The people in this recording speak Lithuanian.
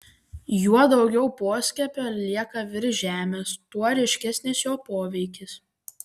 juo daugiau poskiepio lieka virš žemės tuo ryškesnis jo poveikis